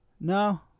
No